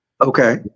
Okay